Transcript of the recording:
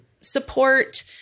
support